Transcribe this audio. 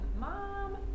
mom